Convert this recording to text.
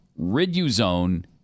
Riduzone